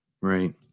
right